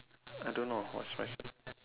I don't know what's my